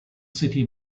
city